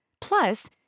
Plus